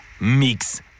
mix